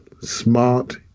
Smart